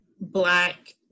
Black